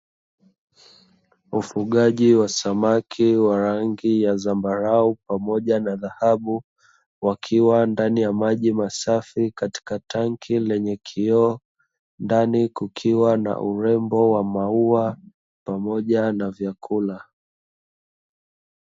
Ufugaji wa samaki wa rangi ya zambarau pamoja na dhahabu wakiwa ndani ya maji masafi katika tanki lenye kioo, ndani kukiwa na urembo wa maua pamoja na vyakula.